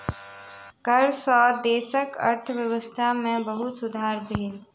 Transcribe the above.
कर सॅ देशक अर्थव्यवस्था में बहुत सुधार भेल